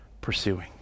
pursuing